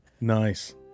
nice